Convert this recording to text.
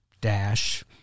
dash